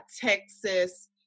Texas